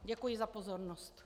Děkuji za pozornost.